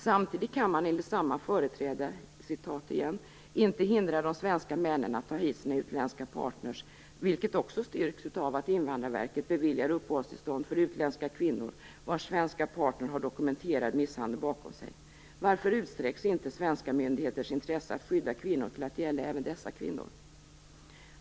Samtidigt kan man enligt samma företrädare "inte hindra de svenska männen att ta hit sina utländska partner", vilket också styrks av att Invandrarverket beviljar uppehållstillstånd för utländska kvinnor vars svenska partner har dokumenterad misshandel bakom sig. Varför utsträcks inte svenska myndigheters intresse av att skydda kvinnor till att gälla även dessa kvinnor?